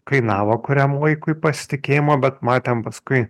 kainavo kuriam laikui pasitikėjimo bet matėm paskui